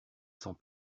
sans